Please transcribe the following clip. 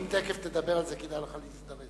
אם תיכף תדבר על זה כדאי לך להזדרז.